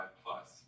plus